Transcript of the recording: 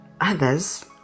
others